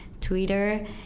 Twitter